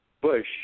bush